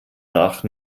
nach